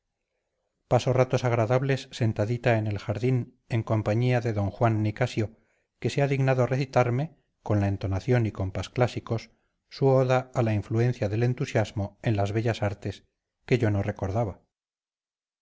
paso ratos agradables sentadita en el jardín en compañía de d juan nicasio que se ha dignado recitarme con la entonación y compás clásicos su oda a la influencia del entusiasmo en las bellas artes que yo no recordaba